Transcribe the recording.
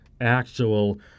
actual